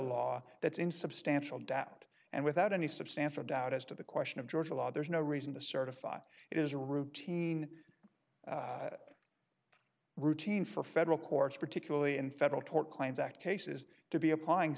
law that's in substantial doubt and without any substantial doubt as to the question of georgia law there is no reason to certify it is a routine routine for federal courts particularly in federal tort claims act cases to be applying